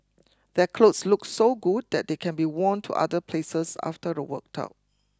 their clothes look so good that they can be worn to other places after a workout